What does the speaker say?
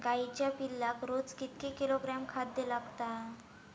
गाईच्या पिल्लाक रोज कितके किलोग्रॅम खाद्य लागता?